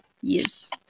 yes